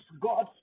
God